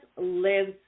lives